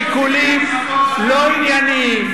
משיקולים לא ענייניים,